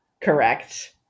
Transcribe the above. Correct